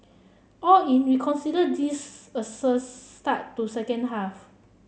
all in we consider this a start to second half